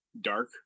dark